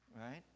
right